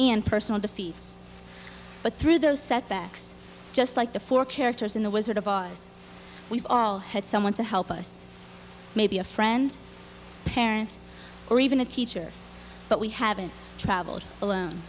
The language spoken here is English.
and personal defeats but through those setbacks just like the four characters in the wizard of oz we've all had someone to help us maybe a friend parent or even a teacher but we haven't travelled alone